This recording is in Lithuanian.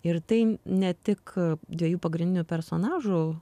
ir tai ne tik dviejų pagrindinių personažų